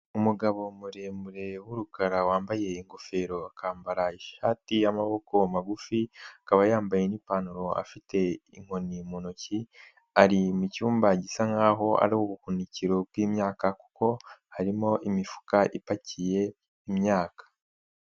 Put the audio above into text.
Umugabo muremure w'umukara wambaye ingofero akambara ishati y'amaboko magufi, akaba yambaye n'ipantaro afite inkoni mu ntoki, ari mu cyumba gisa nkaho ari ubuhunikiro bw'imyaka kuko harimo imifuka ipakiye imyaka.